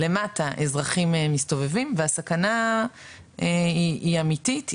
למטה אזרחים מסתובבים והסכנה היא אמיתית,